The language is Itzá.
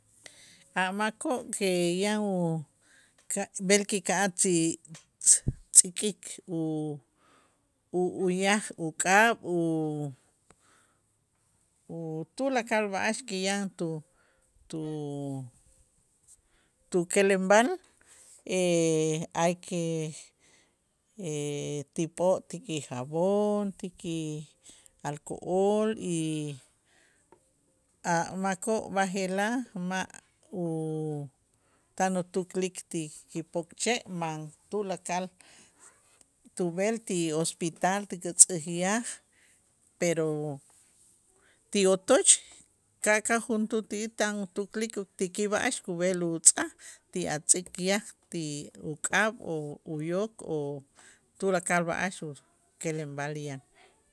A' makoo' que yan u ka' b'el kika'aj tzi tzäkik u- u- uyaj uk'ab' u- u tulakal b'a'ax ki yan tu tu tu kelenb'al hay que ti p'o' ti kijabón, ti ki'alcohol y a' makoo' b'aje'laj ma' u tan utuklik ti kipokche' man tulakal tub'el ti hospital ti kitz'äkyaj, pero ti otoch ka'ka' jutuul ti'ij tan tuklik u ti kib'a'ax kub'el utz'aj ti a' tz'äkyaj ti uk'ab' o uyok o tulakal b'a'ax ukelenb'al yaj.